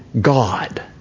God